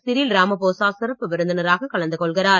Cyril Ramaphosa சிறப்பு விருந்தினராக கலந்து கொள்கிறார்